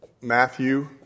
Matthew